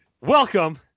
Welcome